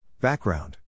Background